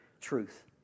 truth